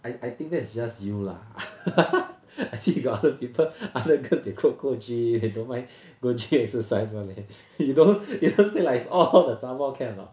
I I think that's just you lah I see got other people other girls they go go gym they don't mind go gym exercise [one] leh you don't you don't say like it's all the zhabor can or not